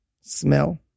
smell